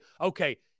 okay